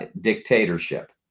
dictatorship